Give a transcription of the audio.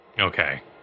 Okay